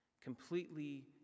Completely